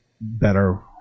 better